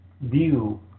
view